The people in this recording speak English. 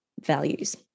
values